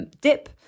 dip